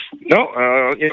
No